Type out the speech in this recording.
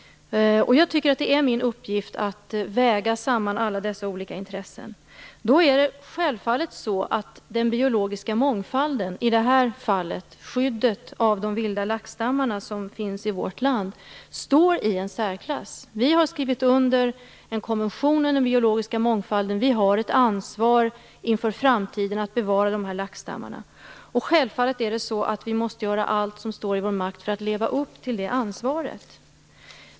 Jag tycker att det är min uppgift att väga samman alla dessa olika intressen. Då är det självfallet så att den biologiska mångfalden, i det här fallet skyddet av de vilda laxstammar som finns i vårt land, står i en särklass. Vi har skrivit under en konvention om den biologiska mångfalden. Vi har ett ansvar inför framtiden att bevara de här laxstammarna. Självfallet måste vi göra allt som står i vår makt för att leva upp till det ansvaret.